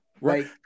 Right